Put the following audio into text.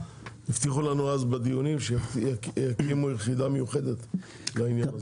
הבטיחו לנו אז בדיונים שיקימו יחידה מיוחדת לעניין.